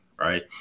right